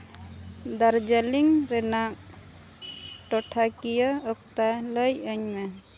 ᱫᱟᱨᱡᱤᱞᱤᱝ ᱨᱮᱱᱟᱜ ᱴᱚᱴᱷᱟᱠᱤᱭᱟᱹ ᱚᱠᱛᱚ ᱞᱟᱹᱭ ᱟᱹᱧ ᱢᱮ